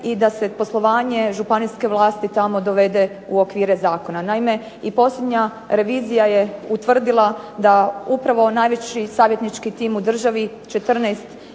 i da se poslovanje županijske vlasti tamo dovede u okvire zakona. Naime, i posljednja revizija je utvrdila da upravo najveći savjetnički tim u državi, 14